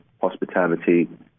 hospitality